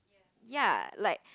ya like